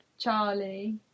Charlie